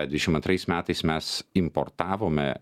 dvidešimt antrais metais mes importavome